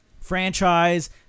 Franchise